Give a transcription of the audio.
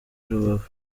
rubavu